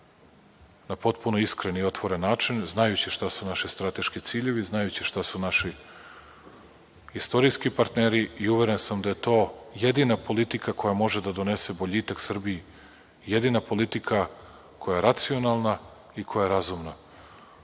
na potpuno iskren i otvoren način, znajući šta su naši strateški ciljevi, znajući šta su naši istorijski partneri i uveren sam da je to jedina politika koja može da donese boljitak Srbiji, jedina politika koja je racionalna i koja je razumnaJa